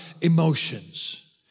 emotions